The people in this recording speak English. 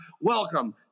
welcome